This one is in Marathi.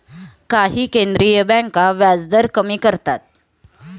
काही केंद्रीय बँका व्याजदर कमी करतात